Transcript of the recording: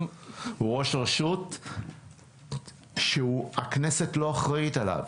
הוא רשות שהכנסת לא אחראית עליו,